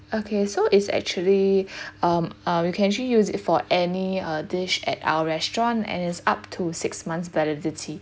okay so is actually um uh you can actually use it for any uh dish at our restaurant and it's up to six months validity